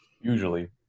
usually